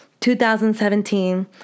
2017